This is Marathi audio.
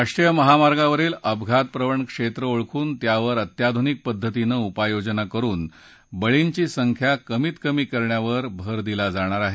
राष्ट्रीय महामार्गांवरील अपघात प्रवण क्षेत्रं ओळखून त्यावर अत्याधुनिक पद्धतीनं उपाययोजना करुन बळींची संख्या कमीत कमी करण्यावर भर दिला जाणार आहे